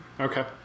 Okay